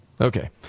Okay